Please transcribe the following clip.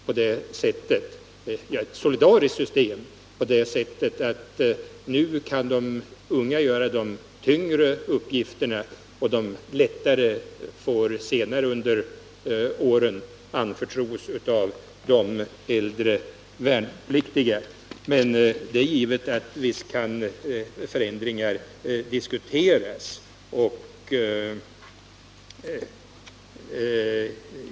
Vi har ett solidariskt system på det sättet att de unga kan ta sig an de tyngre uppgifterna, medan de lättare får anförtros de äldre värnpliktiga. Givetvis kan förändringar diskuteras.